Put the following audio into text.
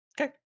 Okay